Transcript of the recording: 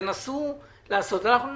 תנסו לעזור, וגם אנחנו.